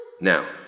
Now